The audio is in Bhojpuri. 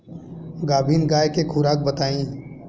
गाभिन गाय के खुराक बताई?